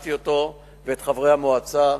חיזקתי אותו ואת חברי המועצה,